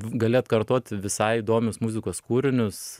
gali atkartoti visai įdomius muzikos kūrinius